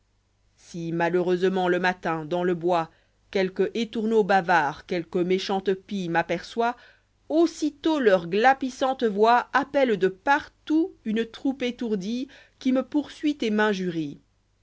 si malheureusement le matin dans le bois quelque étourneau bavard quelque méchante pie ll'aperçoit aussitôt leurs glapissantes voix appellent de partout une troupe étourdie qui me poursuit et m'injurie